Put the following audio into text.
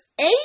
eight